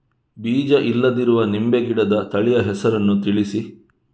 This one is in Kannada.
ಬೀಜ ಇಲ್ಲದಿರುವ ನಿಂಬೆ ಗಿಡದ ತಳಿಯ ಹೆಸರನ್ನು ತಿಳಿಸಿ?